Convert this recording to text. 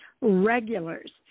regulars